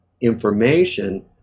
information